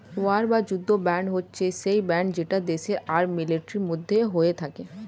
war বা যুদ্ধ bond হচ্ছে সেই বন্ড যেটা দেশ আর মিলিটারির মধ্যে হয়ে থাকে